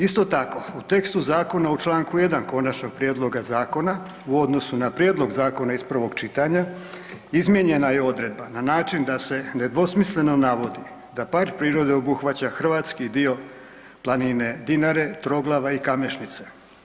Isto tako u tekstu zakona u čl. 1. konačnog prijedloga zakona u odnosu na prijedlog zakona iz prvog čitanja izmijenjena je odredba na način da se nedvosmisleno navodi da park prirode obuhvaća hrvatski dio planine Dinare, Troglava i Kamešnice.